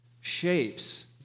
shapes